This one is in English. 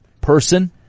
person